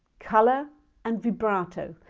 colour and vibrato.